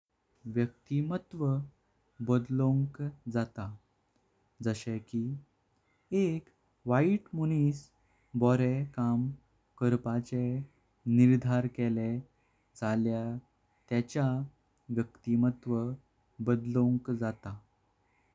व्यक्तिमत्व बदलों जता जसे की एक वैत मोंइस बारें काम करपाचे। निर्धार केले जल्यार त्याचें व्यक्तिमत्व बदलों जता।